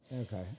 Okay